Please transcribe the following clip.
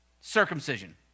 circumcision